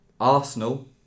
Arsenal